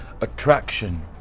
attraction